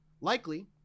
Likely